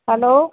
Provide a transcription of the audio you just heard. hello